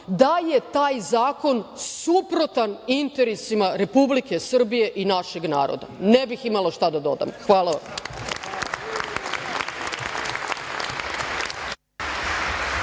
da je taj zakon suprotan interesima Republike Srbije i našeg naroda. Ne bih imala šta da dodam. Hvala vam.